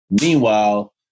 Meanwhile